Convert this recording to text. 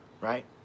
right